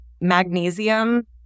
Magnesium